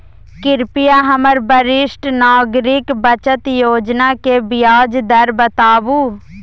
कृपया हमरा वरिष्ठ नागरिक बचत योजना के ब्याज दर बताबू